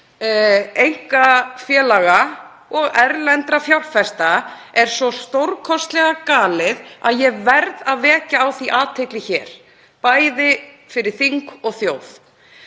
einkafélaga og erlendra fjárfesta, er svo stórkostlega galið að ég verð að vekja á því athygli hér, bæði fyrir þing og þjóð.